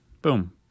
Boom